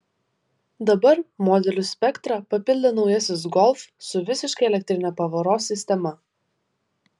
dabar modelių spektrą papildė naujasis golf su visiškai elektrine pavaros sistema